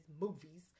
movies